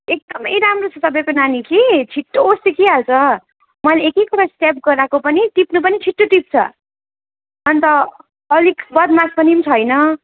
एकदमै राम्रो छ तपाईँको नानी कि छिटो सिकिहाल्छ मैले एक एकवटा स्टेप गराएको पनि टिप्नु पनि छिटो टिप्छ अन्त अलिक बदमास पनि पो छैन